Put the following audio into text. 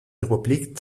republik